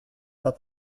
pas